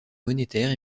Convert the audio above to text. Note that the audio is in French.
monétaire